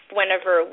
whenever